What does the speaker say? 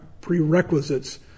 prerequisites